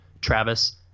travis